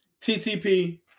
TTP